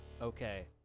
Okay